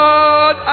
God